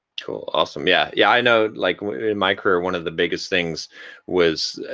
cool, awesome. yeah yeah, i know like in my career one of the biggest things was,